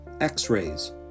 X-rays